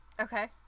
okay